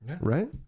right